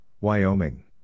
Wyoming